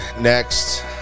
next